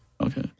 Okay